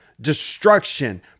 destruction